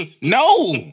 No